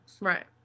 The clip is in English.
Right